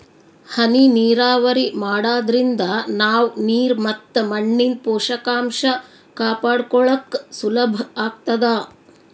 ಹನಿ ನೀರಾವರಿ ಮಾಡಾದ್ರಿಂದ ನಾವ್ ನೀರ್ ಮತ್ ಮಣ್ಣಿನ್ ಪೋಷಕಾಂಷ ಕಾಪಾಡ್ಕೋಳಕ್ ಸುಲಭ್ ಆಗ್ತದಾ